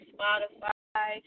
Spotify